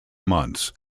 months